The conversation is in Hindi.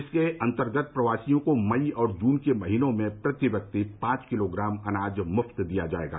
इसके अंतर्गत प्रवासियों को मई और जून के महीनों में प्रति व्यक्ति पांच किलोग्राम अनाज मुफ्त दिया जाएगा